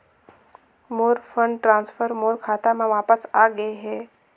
मोर fund transfer मोर खाता म वापस आ गे हे